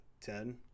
ten